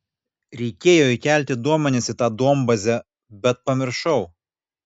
reikėjo įkelti duomenis į tą duombazę bet pamiršau